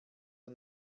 der